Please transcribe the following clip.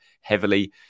heavily